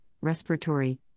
respiratory